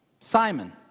simon